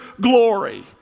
glory